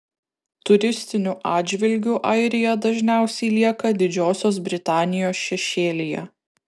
turistiniu atžvilgiu airija dažniausiai lieka didžiosios britanijos šešėlyje